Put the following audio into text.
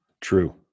True